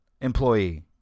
employee